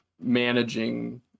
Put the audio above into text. managing